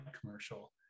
commercial